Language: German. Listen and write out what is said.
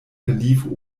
verlief